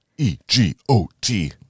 E-G-O-T